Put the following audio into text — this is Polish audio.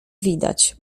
widać